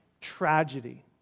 tragedy